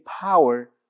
power